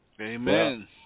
Amen